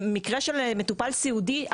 במקרה של מטופל סיעודי,